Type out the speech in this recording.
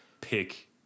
pick